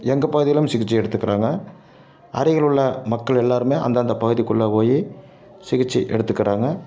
எங்கள் பகுதியிலும் சிகிச்சை எடுத்துக்கிறாங்க அருகிலுள்ள மக்கள் எல்லோருமே அந்தந்த பகுதிக்குள்ளே போய் சிகிச்சை எடுத்துக்கிறாங்க